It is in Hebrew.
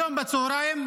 היום בצוהריים,